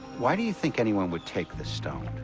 why do you think anyone would take this stone?